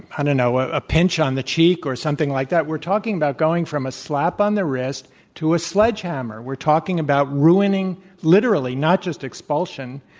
and know, ah a pinch on the cheek or something like that. we're talking about going from a slap on the wrist to a sledgehammer. we're talking about ruining literally, not just expulsion,